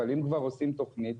אבל אם כבר עושים תכנית,